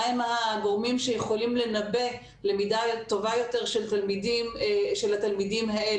מהם הגורמים שיכולים לנבא למידה טובה יותר של התלמידים האלה,